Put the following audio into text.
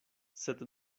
sed